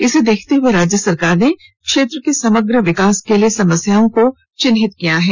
इसे देखते हुए राज्य सरकार ने क्षेत्र के समग्र विकास के लिए समस्याओं को चिन्हित किया है